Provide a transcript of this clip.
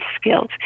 skills